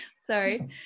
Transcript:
Sorry